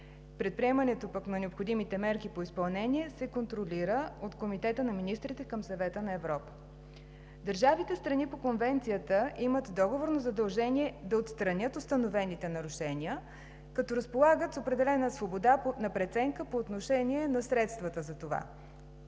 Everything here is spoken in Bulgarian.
Предприемането на необходимите мерки по изпълнение се контролира от Комитета на министрите към Съвета на Европа. Държавите страни по Конвенцията имат договорно задължение да отстранят установените нарушения, като разполагат с определена свобода на преценка по отношение на средствата за това.